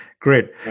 Great